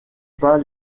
pas